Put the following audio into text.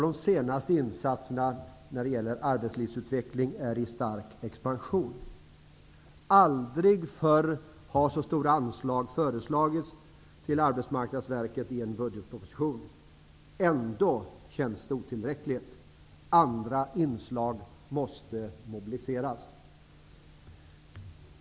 Den senaste insatsen, arbetslivsutveckling, är i stark expansion. Aldrig förr har så stora anslag föreslagits till Ändå känns det otillräckligt. Andra inslag måste mobiliseras.